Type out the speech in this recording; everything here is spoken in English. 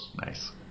Nice